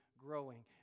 growing